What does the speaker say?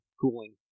cooling